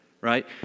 right